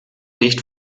nicht